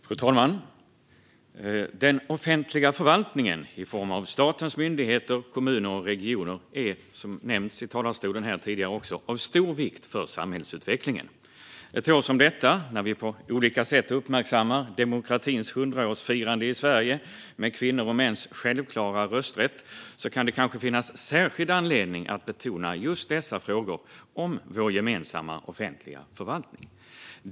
Fru talman! Den offentliga förvaltningen i form av statens myndigheter, kommuner och regioner är av stor vikt för samhällsutvecklingen. Ett år som detta, när vi på olika sätt uppmärksammar demokratins 100årsfirande i Sverige, med kvinnors och mäns självklara rösträtt, kan det kanske finnas särskild anledning att betona just dessa frågor om vår gemensamma offentliga förvaltning.